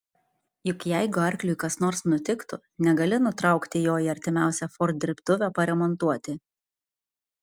juk jeigu arkliui kas nors nutiktų negali nutraukti jo į artimiausią ford dirbtuvę paremontuoti